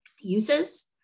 uses